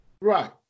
Right